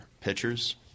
pitchers